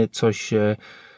coś